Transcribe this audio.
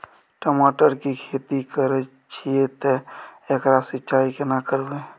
टमाटर की खेती करे छिये ते एकरा सिंचाई केना करबै?